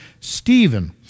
Stephen